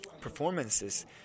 performances